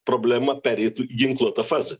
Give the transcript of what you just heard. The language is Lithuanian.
problema pereitų į ginkluotą fazę